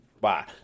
Bye